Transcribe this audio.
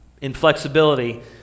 Inflexibility